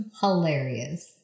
hilarious